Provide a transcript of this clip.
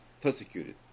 persecuted